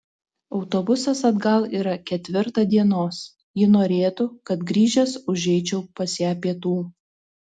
autobusas atgal yra ketvirtą dienos ji norėtų kad grįžęs užeičiau pas ją pietų